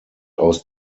aus